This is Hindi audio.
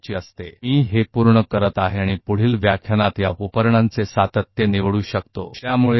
मैं इसे समाप्त करता हूं और इन उपकरणों की अगली व्याख्यान निरंतरता में चुन सकता हूं